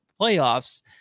playoffs